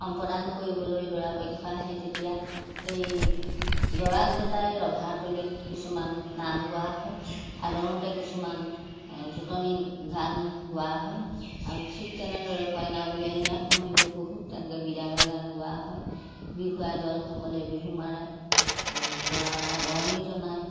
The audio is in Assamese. সম্প্ৰদান কৰিবলৈ দৰা পক্ষ আহে তেতিয়া এই দৰাক জোটাই ৰভাতলিত কিছুমান নাম গোৱা হয় আদৰোঁতে কিছুমান জুতনী গান গোৱা হয় আৰু ঠিক তেনেদৰে কইনা উলিয়াই নিয়া সময়তো বহুত তেনেকে বিদায়ৰ গান গোৱা হয় বিহুৱা দলসকলে বিহু মাৰে দৰাক আদৰণি জনাই